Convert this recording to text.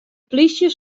plysje